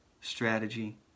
strategy